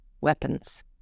weapons